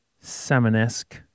salmon-esque